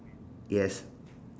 yes